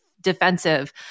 defensive